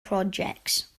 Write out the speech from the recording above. projects